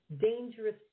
dangerous